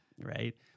right